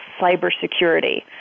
cybersecurity